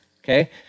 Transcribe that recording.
Okay